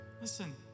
listen